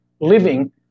living